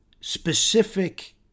specific